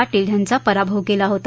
पाटील यांचा पराभव केला होता